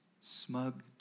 smug